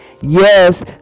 Yes